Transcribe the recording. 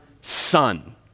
son